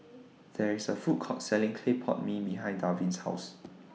There IS A Food Court Selling Clay Pot Mee behind Darvin's House